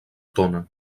tona